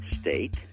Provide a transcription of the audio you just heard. state